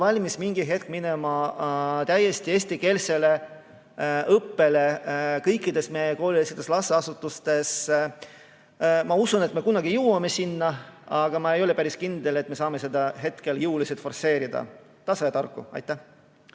valmis mingi hetk minema üle täiesti eestikeelsele õppele kõikides meie koolieelsetes lasteasutustes? Ma usun, et me kunagi jõuame sinna, aga ma ei ole päris kindel, et me saame seda hetkel jõuliselt forsseerida. Tasa ja targu. Aitäh